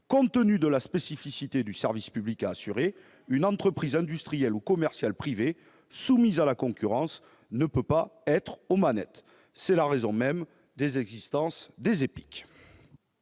compte tenu de la spécificité du service public à assurer, une entreprise industrielle ou commerciale privée soumise à la concurrence ne peut pas être aux manettes. C'est la raison même de l'existence des EPIC.